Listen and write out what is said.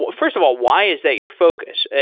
but first of all, why is that your focus?